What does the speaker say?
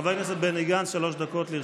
חבר הכנסת בני גנץ, שלוש דקות לרשותך.